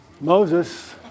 Moses